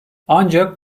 ancak